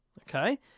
okay